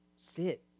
sit